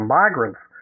migrants